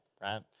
right